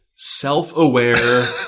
self-aware